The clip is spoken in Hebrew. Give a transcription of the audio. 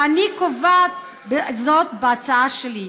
ואני קובעת זאת בהצעה שלי.